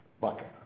bucket